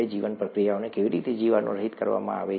જીવપ્રતિક્રિયાને કેવી રીતે જીવાણુરહિત કરવામાં આવે છે